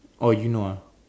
oh you know ah